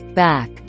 back